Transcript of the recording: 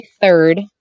third